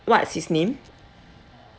what's his name